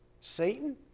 Satan